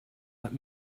let